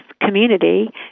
community